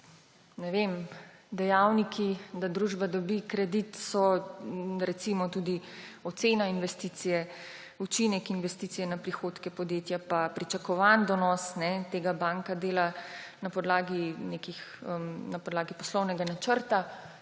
Ne vem, dejavniki, da družba dobi kredit, so recimo tudi ocena investicije, učinek investicije na prihodke podjetja pa pričakovani donos, tega banka dela na podlagi poslovnega načrta,